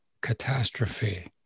catastrophe